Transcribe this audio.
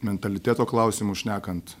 mentaliteto klausimu šnekant